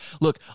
look